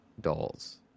dolls